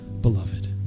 beloved